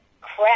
crap